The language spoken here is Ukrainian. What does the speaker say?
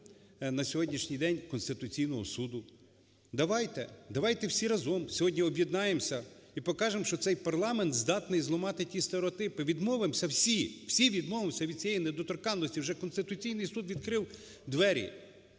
на сьогоднішній день Конституційного Суду. Давайте, давайте всі разом сьогодні об'єднаємося і покажемо, що цей парламент здатний зламати ті стереотипи, відмовимося всі, всі відмовимося від цієї недоторканності, вже Конституційний Суд відкрив двері.